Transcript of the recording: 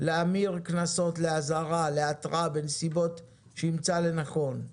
להמיר קנסות לאזהרה, להתראה, בנסיבות שימצא לנכון.